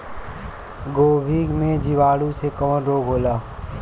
गोभी में जीवाणु से कवन रोग होला?